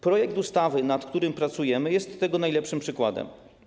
Projekt ustawy, nad którym pracujemy, jest tego najlepszym przykładem.